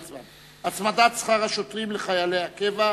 הצמדת שכר השוטרים לשכר חיילי הקבע.